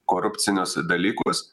korupcinius dalykus